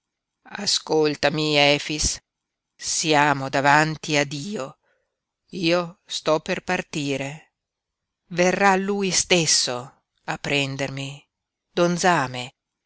ascoltami efix siamo davanti a dio io sto per partire verrà lui stesso a prendermi don zame